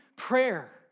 Prayer